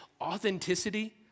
authenticity